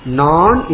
non